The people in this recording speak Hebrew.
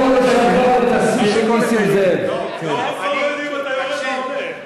אנחנו לא יודעים אם אתה יורד או עולה.